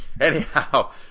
Anyhow